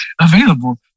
available